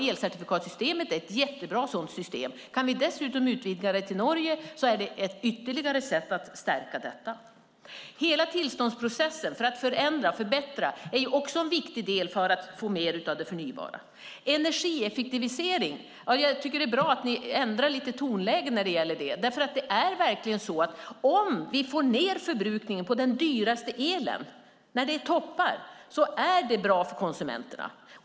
Elcertifikatssystemet är ett bra system. Om vi dessutom kan utvidga det till Norge blir det ytterligare ett sätt att stärka detta. Hela tillståndsprocessen för att förändra och förbättra är också en viktig del för att få mer av det förnybara. Det är bra att ni ändrar lite i tonläget när det gäller energieffektivisering. Om vi får ned förbrukningen av den dyraste elen, det vill säga när det är toppar i förbrukningen, är det bra för konsumenterna.